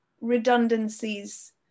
redundancies